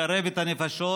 מקרב את הנפשות,